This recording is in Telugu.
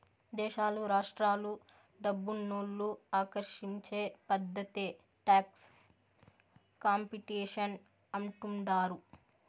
దేశాలు రాష్ట్రాలు డబ్బునోళ్ళు ఆకర్షించే పద్ధతే టాక్స్ కాంపిటీషన్ అంటుండారు